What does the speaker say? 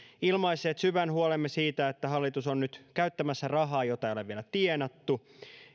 ilmaisseet syvän huolemme siitä että hallitus on nyt käyttämässä rahaa jota ei ole vielä tienattu